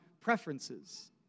preferences